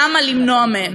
למה למנוע מהן?